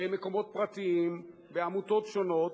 במקומות פרטיים, בעמותות שונות,